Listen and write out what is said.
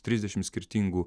trisdešimt skirtingų